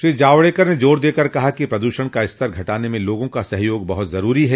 श्री जावडेकर ने जोर देकर कहा कि प्रदूषण का स्तर घटाने में लोगों का सहयोग बहुत जरूरी है